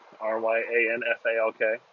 R-Y-A-N-F-A-L-K